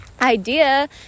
idea